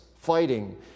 fighting